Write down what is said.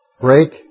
break